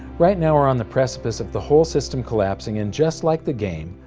right now we're on the precipice of the whole system collapsing and just like the game,